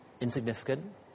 insignificant